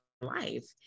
life